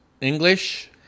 English